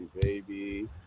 baby